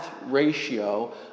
ratio